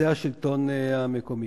זה השלטון המקומי.